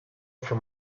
from